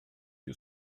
you